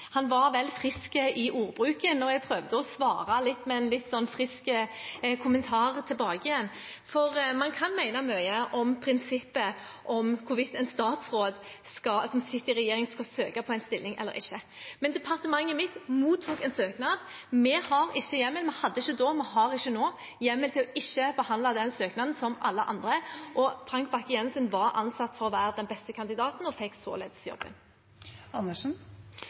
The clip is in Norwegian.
var vel frisk i ordbruken, og jeg prøvde å svare med en litt frisk kommentar tilbake. Man kan mene mye om prinsippet om hvorvidt en statsråd som sitter i regjering, skal søke på en stilling eller ikke. Departementet mitt mottok en søknad. Vi har ikke hjemmel – vi hadde det ikke da, og vi har det ikke nå – til å ikke behandle den søknaden som alle andre. Frank Bakke-Jensen var ansett for å være den beste kandidaten og fikk således jobben.